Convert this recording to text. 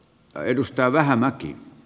päivystää vähämäki